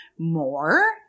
more